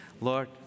Lord